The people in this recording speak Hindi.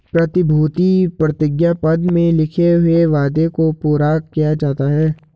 प्रतिभूति प्रतिज्ञा पत्र में लिखे हुए वादे को पूरा किया जाता है